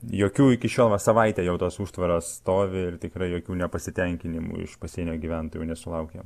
jokių iki šiol va savaitę jau tos užtvaros stovi ir tikrai jokių nepasitenkinimų iš pasienio gyventojų nesulaukėm